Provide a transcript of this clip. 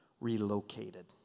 relocated